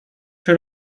czy